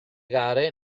gare